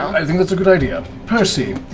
i think that's a good idea. percy?